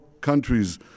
countries